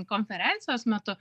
konferencijos metu